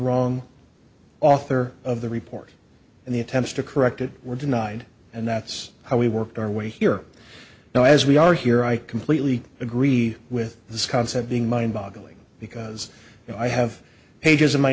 wrong author of the report and the attempts to correct it were denied and that's how we worked our way here now as we are here i completely agree with this concept being mind boggling because i have pages of my